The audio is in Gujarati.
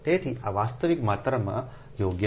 તેથી આ વાસ્તવિક માત્રામાં યોગ્ય નથી